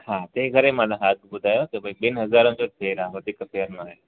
हा तंहिं करे मां तव्हां खे ॿुधायो त भाई ॿिनि हज़ारनि जो फेरु आहे वधीक फेरु न आहे